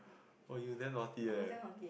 oh you damn naughty leh